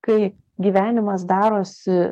kai gyvenimas darosi